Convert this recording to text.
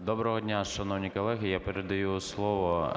Доброго дня, шановні колеги! Я передаю слово